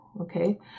Okay